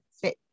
fit